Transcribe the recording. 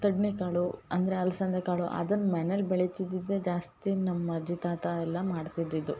ತೊಡ್ನೆಕಾಳು ಅಂದರೆ ಅಲಸಂಡೆ ಕಾಳು ಅದನ್ನು ಮನೆಲಿ ಬೆಳಿತಿದ್ದಿದ್ದೇ ಜಾಸ್ತಿ ನಮ್ಮ ಅಜ್ಜಿ ತಾತ ಎಲ್ಲ ಮಾಡ್ತಿದ್ದಿದ್ದು